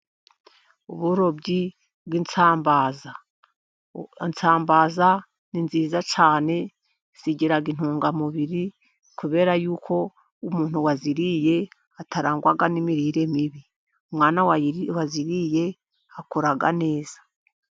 Uburobyi bw'isambaza, isambaza ni nziza cyane, zigira intungamubiri, kubera yuko umuntu waziriye atarangwa n'imirire mibi, umwana waziriye akura neza.